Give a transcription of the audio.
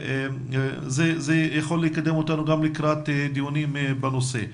זה יכול לקדם אותנו גם לקראת דיונים בנושא.